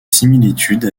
similitudes